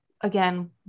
again